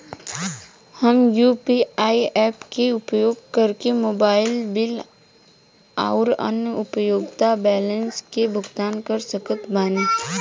हम UPI apps के उपयोग करके मोबाइल बिल आउर अन्य उपयोगिता बिलन के भुगतान कर सकत बानी